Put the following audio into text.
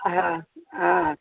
હા હા